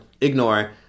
Ignore